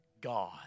God